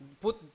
Put